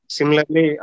Similarly